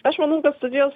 aš manau kad studijos